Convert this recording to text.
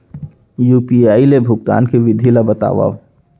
UPI ले भुगतान के विधि ला बतावव